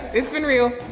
it's been real.